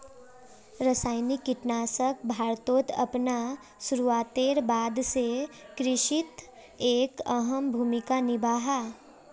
रासायनिक कीटनाशक भारतोत अपना शुरुआतेर बाद से कृषित एक अहम भूमिका निभा हा